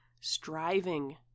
striving